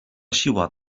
siła